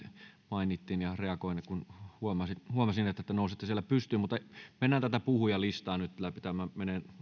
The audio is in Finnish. mainittiin ja reagoin kun huomasin että te nousette siellä pystyyn mutta mennään tätä puhujalistaa nyt läpi tämä menee